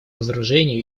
разоружению